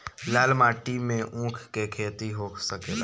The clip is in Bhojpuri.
लाल माटी मे ऊँख के खेती हो सकेला?